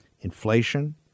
Inflation